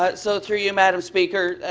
but so through you madam speaker,